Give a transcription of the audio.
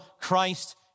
Christ